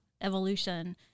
evolution